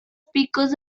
speakers